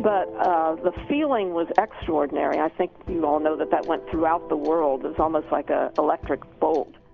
but the feeling was extraordinary. i think you all know that that went throughout the world as almost like an ah electric bolt.